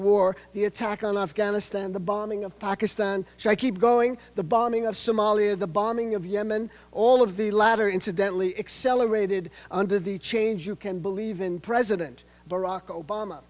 war the attack on afghanistan the bombing of pakistan which i keep going the bombing of somalia the bombing of yemen all of the latter incidentally accelerated under the change you can believe in president b